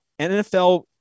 NFL